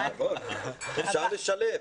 זה נכון, אפשר לשלב.